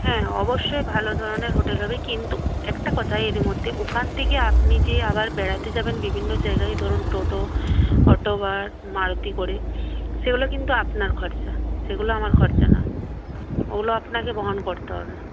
হ্যাঁ অবশ্যই ভালো ধরনের হোটেল হবে কিন্তু একটা কথা এর মধ্যে ওখান থেকে আপনি যে আবার বেড়াতে যাবেন বিভিন্ন জায়গায় ধরুন টোটো অটো বা মারুতি করে সেগুলো কিন্তু আপনার খরচা সেগুলো আমার খরচা না ওগুলো আপনাকে বহন করতে হবে